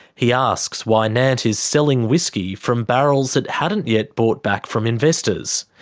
he asks why nant is selling whiskey from barrels it hadn't yet bought back from investors.